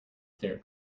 their